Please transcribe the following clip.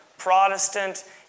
Protestant